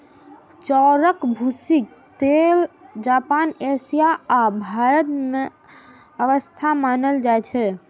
चाउरक भूसीक तेल जापान, एशिया आ भारत मे स्वस्थ मानल जाइ छै